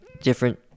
different